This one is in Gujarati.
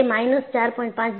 હવે તે માઈનસ 4